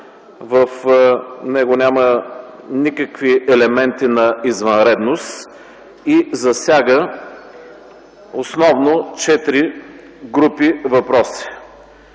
В него няма никакви елементи на извънредност и засяга основно четири групи въпроси.